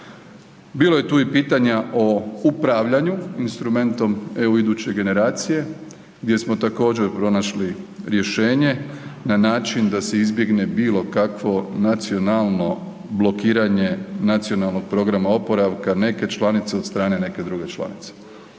Bilo je tu i pitanja o upravljanju, instrumentom iduće generacije gdje smo također, pronašli rješenje na način da se izbjegne bilo kakvo nacionalno blokiranje nacionalnog programa oporavka neke članice od strane neke druge članice.